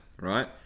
right